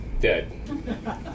dead